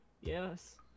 Yes